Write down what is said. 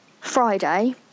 Friday